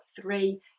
three